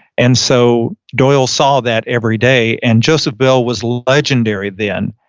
and so, doyle saw that every day and joseph bell was legendary then.